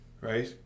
Right